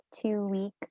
two-week